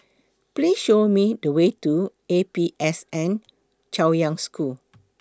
Please Show Me The Way to A P S N Chaoyang School